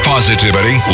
positivity